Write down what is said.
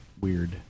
weird